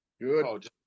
Good